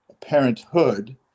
parenthood